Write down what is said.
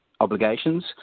obligations